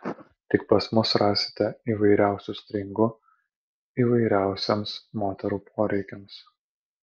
tik pas mus rasite įvairiausių stringų įvairiausiems moterų poreikiams